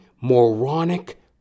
moronic